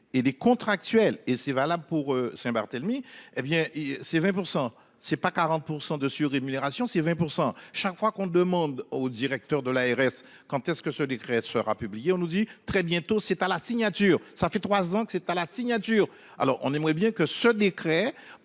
Et des contractuels et c'est valable pour Saint Barthélemy bien c'est 20% c'est pas 40% de sur rémunération c'est 20% chaque fois qu'on demande au directeur de l'ARS. Quand est-ce que ce décret sera publié. On nous dit très bientôt, c'est à la signature. Ça fait 3 ans que c'est à la signature. Alors on aimerait bien que ce décret